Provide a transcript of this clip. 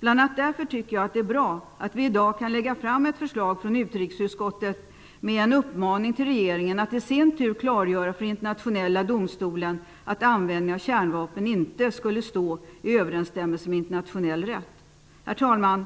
Bl.a. därför tycker jag att det är bra att vi i dag kan lägga fram ett förslag från utrikesutskottet med en uppmaning till regeringen att i sin tur klargöra för Internationella domstolen att användning av kärnvapen inte skulle stå i överensstämmelse med internationell rätt. Herr talman!